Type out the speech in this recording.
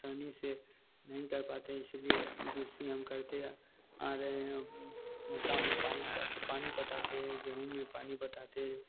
आसानी से नहीं कर पाते हैं इसीलिए कृषि हम करते या आ रहें है मक्का में पाइप पानी पटाते हैं गेहूँ में पानी पटाते हैं